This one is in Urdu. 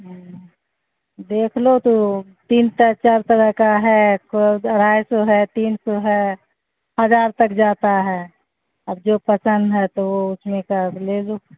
دیکھ لو تو تین طرح چار طرح کا ہے اڑھائی سو ہے تین سو ہے ہزار تک جاتا ہے اب جو پسند ہے تو وہ اس میں کا لے لو